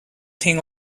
thing